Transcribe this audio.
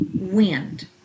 wind